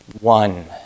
one